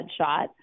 headshot